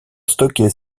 stockées